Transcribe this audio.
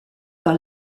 par